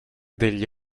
degli